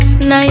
Now